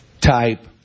type